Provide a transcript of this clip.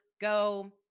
go